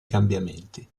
cambiamenti